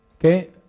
Okay